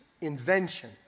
invention